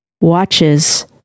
watches